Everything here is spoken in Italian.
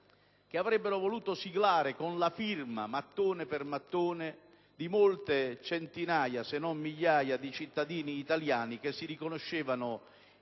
che avrebbero voluto siglare con la firma, mattone per mattone, di molte centinaia, se non migliaia di cittadini italiani, che si riconoscevano